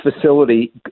facility